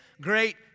great